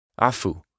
afu